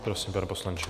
Prosím, pane poslanče.